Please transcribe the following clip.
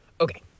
okay